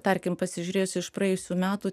tarkim pasižiūrėjus iš praėjusių metų